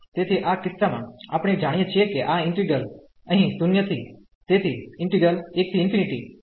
તેથી આ કિસ્સા માં આપણે જાણીએ છીએ કે આ ઈન્ટિગ્રલ અહીં 0 થી તેથી 11x13 dx છે